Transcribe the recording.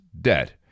debt